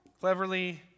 cleverly